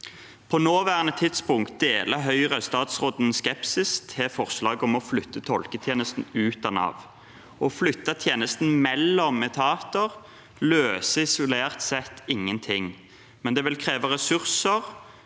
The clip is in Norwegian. På nåværende tidspunkt deler Høyre statsrådens skepsis til forslaget om å flytte tolketjenesten ut av Nav. Å flytte tjenesten mellom etater løser isolert sett ingenting, men det vil kreve ressurser,